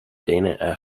dana